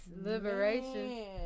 Liberation